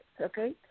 Okay